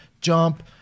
jump